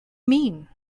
mean